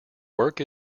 work